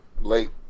late